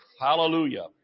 Hallelujah